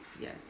Yes